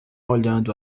olhando